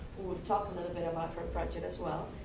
who will talk a little bit about her project as well,